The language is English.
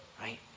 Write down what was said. Right